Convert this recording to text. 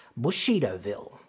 Bushidoville